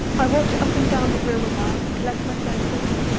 i walked up and down the room awhile to collect my senses.